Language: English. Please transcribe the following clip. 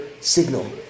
signal